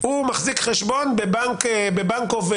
מחזיק חשבון בבנק אוף במקום כלשהו,